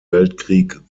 weltkrieg